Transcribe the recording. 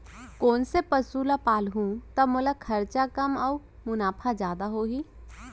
कोन से पसु ला पालहूँ त मोला खरचा कम अऊ मुनाफा जादा होही?